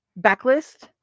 backlist